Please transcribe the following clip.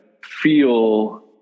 feel